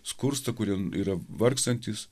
skursta kurie yra vargstantys